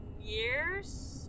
years